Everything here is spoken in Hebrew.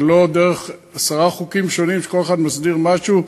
ולא דרך עשרה חוקים שונים שכל אחד מסדיר משהו,